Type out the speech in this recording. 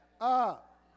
up